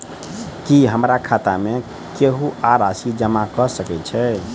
की हमरा खाता मे केहू आ राशि जमा कऽ सकय छई?